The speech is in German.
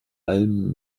allem